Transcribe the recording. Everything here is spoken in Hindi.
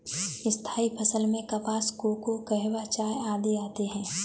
स्थायी फसल में कपास, कोको, कहवा, चाय आदि आते हैं